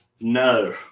no